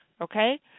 okay